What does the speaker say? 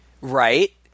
right